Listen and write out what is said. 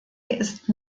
ist